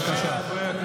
בבקשה.